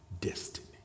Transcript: destiny